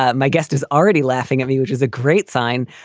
ah my guest is already laughing at me, which is a great sign.